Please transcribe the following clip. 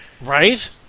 Right